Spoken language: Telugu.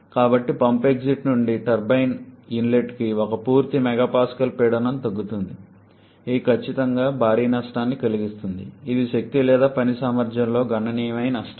కాబట్టి పంప్ ఎగ్జిట్ నుండి టర్బైన్ ఇన్లెట్కి ఒక పూర్తి మెగా పాస్కల్ పీడనం తగ్గుతుంది ఇది ఖచ్చితంగా భారీ నష్టాన్ని కలిగిస్తుంది ఇది శక్తి లేదా పని సామర్థ్యంలో గణనీయమైన నష్టం